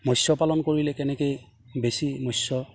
মৎস্য পালন কৰিলে কেনেকে বেছি মৎস্য